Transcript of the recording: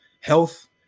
health